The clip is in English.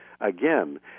again